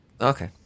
Okay